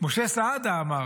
משה סעדה אמר: